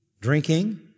drinking